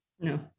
No